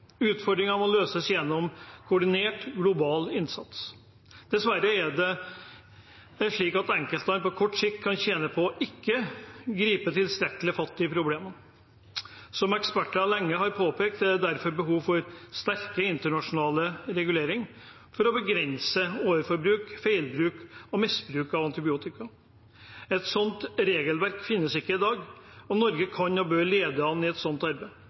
utfordringen må løses gjennom koordinert global innsats. Dessverre er det slik at enkeltland på kort sikt kan tjene på ikke å gripe tilstrekkelig fatt i problemene. Som eksperter lenge har påpekt, er det derfor behov for sterkere internasjonal regulering for å begrense overforbruk, feilbruk og misbruk av antibiotika. Et sånt regelverk finnes ikke i dag, og Norge kan og bør lede an i et sånt arbeid,